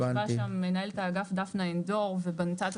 ישבה שם מנהל האגף דפנה עין דור ובנתה את